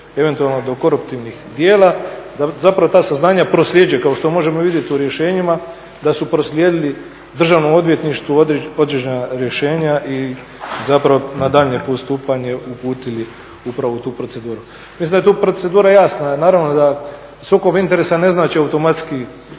eventualno do koruptivnih djela da ta saznanja prosljeđuje, kao što možemo vidjeti u rješenjima da proslijedili Državnom odvjetništvu određena rješenja i na daljnje postupanje uputili upravo u tu proceduru. Mislim da je tu procedura jasna, naravno da sukob interesa ne znači automatski